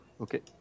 Okay